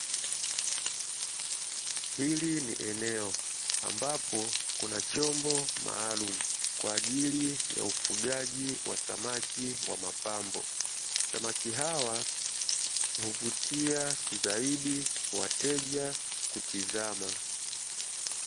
Hili ni eneo ambapo kuna chombo maalumu kwa ajili ya ufugaji wa samaki wa mapambo, samaki hawa huvutia zaidi wateja kutizama.